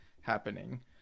happening